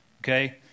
okay